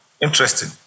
Interesting